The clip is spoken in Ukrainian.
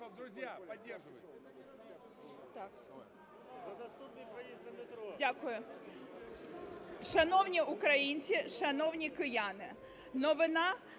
Дякую. Шановні українці, шановні кияни! Новина